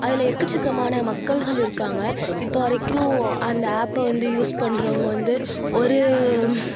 அதில் எக்கச்சக்கமான மக்கள்கள் இருக்காங்க இப்போ வரைக்கும் அந்த ஆப்பை வந்து யூஸ் பண்ணுறவங்க வந்து ஒரு